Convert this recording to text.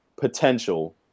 potential